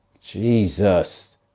Jesus